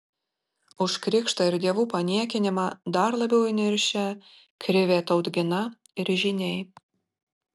už krikštą ir dievų paniekinimą dar labiau įniršę krivė tautgina ir žyniai